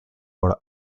for